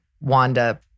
Wanda